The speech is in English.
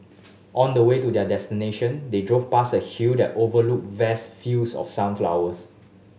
on the way to their destination they drove past a hill that overlooked vast fields of sunflowers